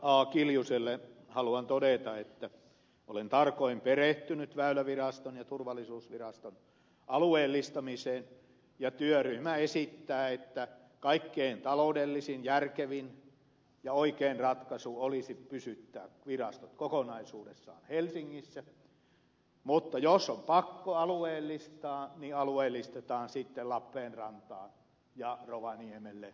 kiljuselle haluan todeta että olen tarkoin perehtynyt väyläviraston ja turvallisuusviraston alueellistamiseen ja työryhmä esittää että k aikkein taloudellisin järkevin ja oikein ratkaisu olisi pysyttää virastot kokonaisuudessaan helsingissä mutta jos on pakko alueellistaa niin alueellistetaan sitten lappeenrantaan ja rovaniemelle